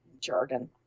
jargon